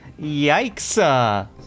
Yikes